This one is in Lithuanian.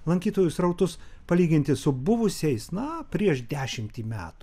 lankytojų srautus palyginti su buvusiais na prieš dešimtį metų